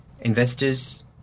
Investors